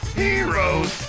heroes